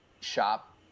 shop